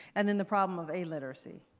and then the problem of illiteracy.